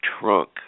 trunk